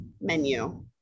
menu